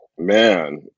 man